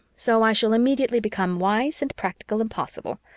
so i shall immediately become wise and practical and possible.